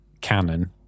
canon